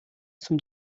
zum